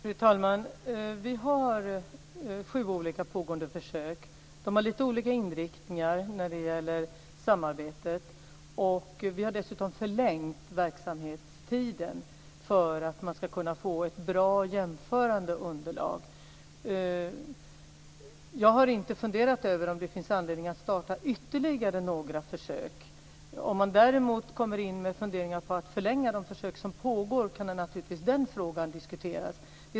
Fru talman! Vi har sju olika pågående försök. De har lite olika inriktningar när det gäller samarbetet. Vi har dessutom förlängt verksamhetstiden för att man ska kunna få ett bra jämförande underlag. Jag har inte funderat över om det finns anledning att starta ytterligare några försök. Om man däremot kommer in med funderingar på att förlänga de försök som pågår, kan det naturligtvis diskuteras.